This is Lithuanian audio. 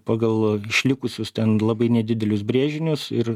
pagal išlikusius ten labai nedidelius brėžinius ir